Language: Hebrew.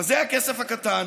אבל זה הכסף הקטן.